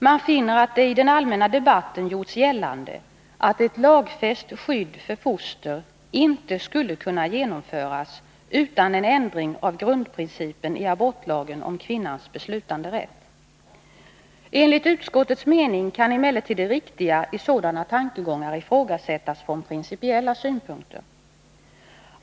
Man finner att det i den allmänna debatten gjorts gällande att ett lagfäst skydd för foster inte skulle kunna genomföras utan en ändring av grundprincipen i abortlagen om kvinnans beslutanderätt. Enligt utskottets mening kan emellertid det riktiga i sådana tankegångar ifrågasättas från principiella synpunkter.